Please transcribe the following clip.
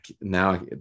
now